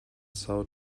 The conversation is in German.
são